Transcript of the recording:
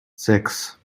sechs